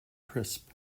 crisp